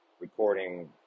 recording